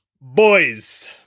Boys